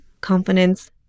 confidence